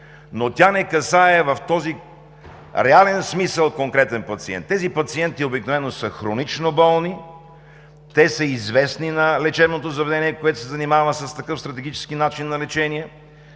Но тя не касае в този реален смисъл конкретен пациент. Тези пациенти обикновено са хронично болни, те са известни на лечебното заведение, което се занимава с такъв стратегически начин на лечение,